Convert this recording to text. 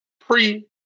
pre